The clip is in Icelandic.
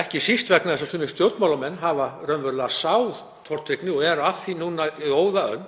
ekki síst vegna þess að sumir stjórnmálamenn hafa raunverulega sáð fræjum tortryggni og eru nú í óðaönn